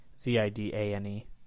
Z-I-D-A-N-E